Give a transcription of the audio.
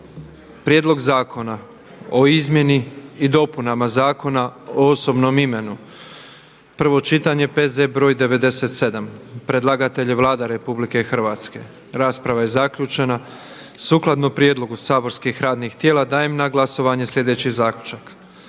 Prijedlog zakona o izmjenama i dopunama Zakona o izvlaštenju i određivanju naknade, prvo čitanje, P.Z. br. 101. Predlagatelj je Vlada Republike Hrvatske. Rasprava zaključena. Sukladno prijedlogu saborskih radnih tijela dajem na glasovanje sljedeći Zaključak: